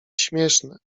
śmieszne